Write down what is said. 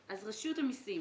אז: "רשות המסים